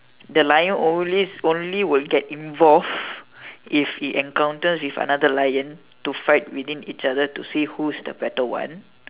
the lion always only will get involve if it encounters with another lion to fight within each other to see who's the better one